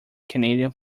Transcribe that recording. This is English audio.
canadian